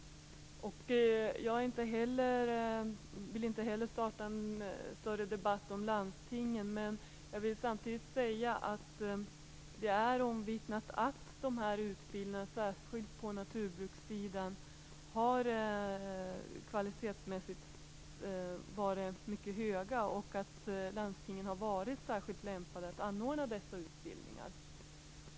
Jag vill inte heller starta en större debatt om landstingen, men jag vill samtidigt säga att det är omvittnat att dessa utbildningar, särskilt på naturbrukssidan, har haft en mycket hög kvalitet och att landstingen har varit särskilt lämpade att anordna dessa utbildningar.